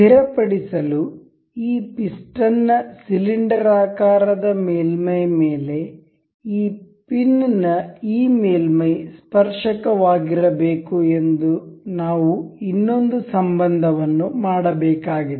ಸ್ಥಿರಪಡಿಸಲು ಈ ಪಿಸ್ಟನ್ ನ ಸಿಲಿಂಡರಾಕಾರದ ಮೇಲ್ಮೈ ಮೇಲೆ ಈ ಪಿನ್ ನ ಈ ಮೇಲ್ಮೈ ಸ್ಪರ್ಶಕವಾಗಿರಬೇಕು ಎಂದು ನಾವು ಇನ್ನೊಂದು ಸಂಬಂಧವನ್ನು ಮಾಡಬೇಕಾಗಿದೆ